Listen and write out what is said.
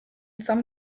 some